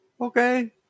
Okay